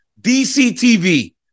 DCTV